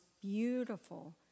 beautiful